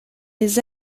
les